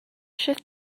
shift